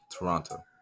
Toronto